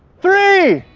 three,